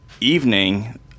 evening